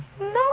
No